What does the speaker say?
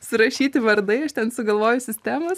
surašyti vardai aš ten sugalvoju sistemą